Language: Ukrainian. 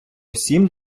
усім